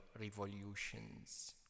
revolutions